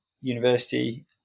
University